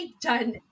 done